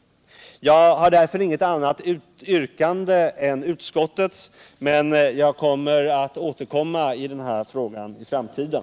Jag har därför inget annat yrkande än utskottets, men jag skall återkomma i den här frågan i framtiden.